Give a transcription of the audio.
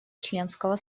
членского